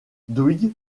dwight